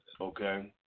okay